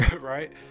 right